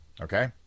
Okay